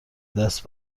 دست